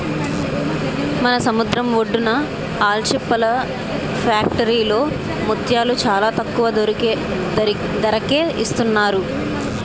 మన సముద్రం ఒడ్డున ఆల్చిప్పల ఫ్యాక్టరీలో ముత్యాలు చాలా తక్కువ ధరకే ఇస్తున్నారు